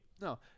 No